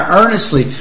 earnestly